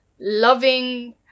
loving